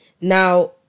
now